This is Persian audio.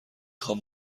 خوام